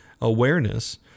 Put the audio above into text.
awareness